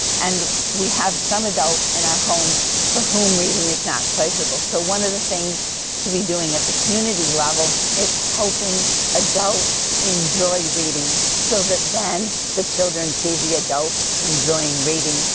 and we have some adults in our homes for whom reading is not pleasurable. so one of the things to be doing at the community level is helping adults enjoy reading so that then the children see the adults enjoying reading.